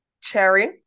Cherry